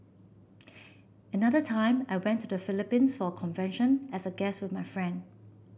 another time I went to the Philippines for a convention as a guest with my friend